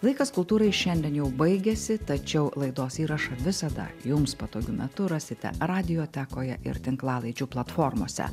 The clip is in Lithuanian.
laikas kultūrai šiandien jau baigiasi tačiau laidos įrašą visada jums patogiu metu rasite radiotekoje ir tinklalaidžių platformose